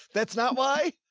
that's not why